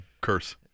curse